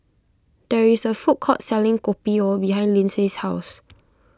there is a food court selling Kopi O behind Lindsey's house